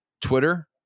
Twitter